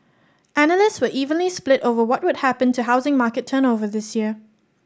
analysts were evenly split over what would happen to housing market turn over this year